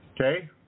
Okay